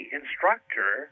instructor